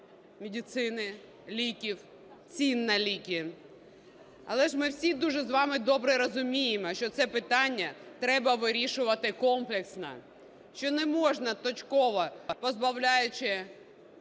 медицини, ліків, цін на ліки. Але ж ми всі дуже з вами добре розуміємо, що це питання треба вирішувати комплексно, що не можна точково, позбавляючи